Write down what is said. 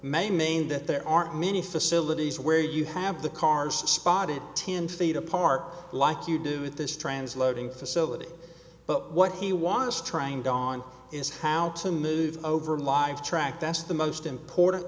mean that there aren't many facilities where you have the cars spotted ten feet apart like you do at this trans loading facility but what he was trying gone is how to move over live track that's the most important